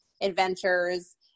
adventures